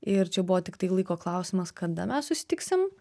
ir čia buvo tiktai laiko klausimas kada mes susitiksim